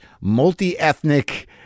multi-ethnic